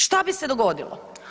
Što bi se dogodilo?